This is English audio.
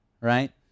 right